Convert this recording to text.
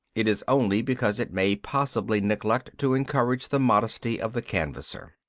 it is only because it may possibly neglect to encourage the modesty of the canvasser.